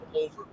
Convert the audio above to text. over